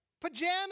pajamas